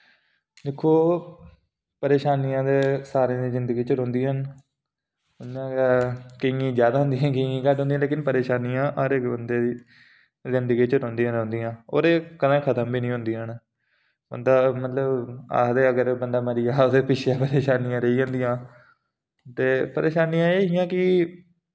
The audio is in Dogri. दिक्खो परेशानियां ते सारें दी जिंदगी च रौंह्दियां न कन्नै गै केइयें ज्यादा होन्दियां केइयें घट्ट होन्दियां लेकिन परेशानियां हर इक बंदे दी जिंदगी च रौंह्दियां रौंह्दियां और एह् कदें खत्म बी नि होन्दियां न बंदा मतलब आखदे अगर बंदा मरी जा ते पिच्छै उदे निशानियां रेही जंदियां ते परेशानियां एह् हियां कि